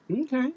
Okay